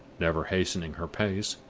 never hastening her pace,